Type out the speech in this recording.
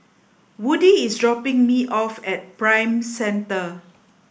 Woody is dropping me off at Prime Centre